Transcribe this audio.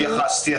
התייחסתי.